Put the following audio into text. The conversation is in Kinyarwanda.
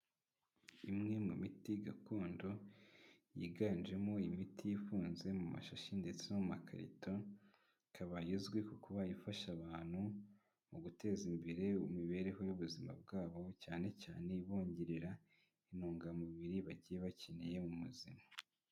Imwe mu miti gakondo, yiganjemo imiti ifunze mu masashi ndetse no mu makarito, ikaba izwiho ko ifasha abantu mu guteza imbere imibereho y’ubuzima bwabo, cyane cyane ibongerera intungamubiri bagiye bakeneye mu buzima.